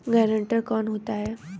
Guarantor कौन होता है?